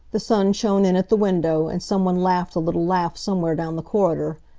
the sun shone in at the window, and some one laughed a little laugh somewhere down the corridor,